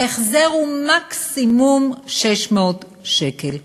ההחזר הוא מקסימום 600 שקל.